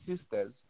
sisters